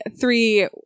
three